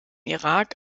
irak